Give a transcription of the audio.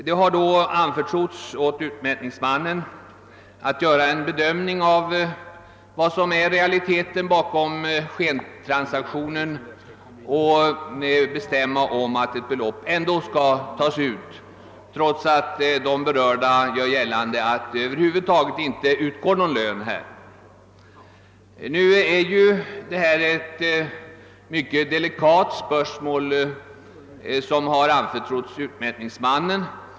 Det har då anförtrotts åt utmätningsmannen att göra en bedömning av vad som i själva verket ligger bakom skentransaktionen och att bestämma om ett belopp skall tas ut, trots att de berörda gör gällande att det över huvud taget inte utgår någon lön. Det gäller här ett mycket delikat uppdrag som har anförtrotts utmätningsmännen.